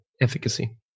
efficacy